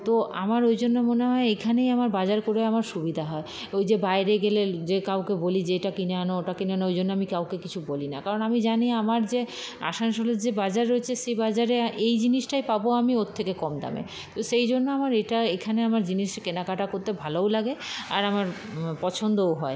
তো আমার ওই জন্য মনে হয় এখানেই আমার বাজার করে আমরা সুবিধা হয় ওই যে বাইরে গেলে যে কাউকে বলি যে এটা কিনে আনো ওটা কিনে আনো ওই জন্য আমি কাউকে কিছু বলি না কারণ আমি জানি আমার যে আসানসোলের যে বাজার রয়েছে সে বাজারে এই জিনিসটাই পাব আমি ওর থেকে কম দামে তো সেই জন্য আমার এটা এখানে আমার জিনিস কেনাকাটা করতে ভালোও লাগে আর আমার পছন্দও হয়